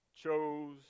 Chose